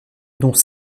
dont